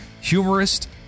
humorist